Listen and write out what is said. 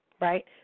right